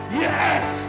yes